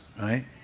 right